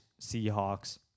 Seahawks